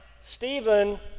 Stephen